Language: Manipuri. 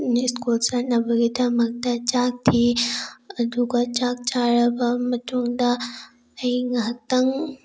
ꯁ꯭ꯀꯨꯜ ꯆꯠꯅꯕꯒꯤꯗꯃꯛꯇ ꯆꯥꯛ ꯊꯤ ꯑꯗꯨꯒ ꯆꯥꯛ ꯆꯥꯔꯕ ꯃꯇꯨꯡꯗ ꯑꯩ ꯉꯥꯏꯍꯥꯛꯇꯪ